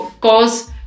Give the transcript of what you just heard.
cause